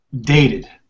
dated